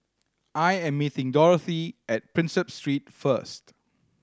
I am meeting Dorathy at Prinsep Street first